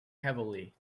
heavily